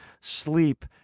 sleep